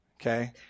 okay